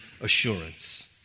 assurance